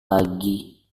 lagi